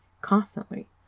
constantly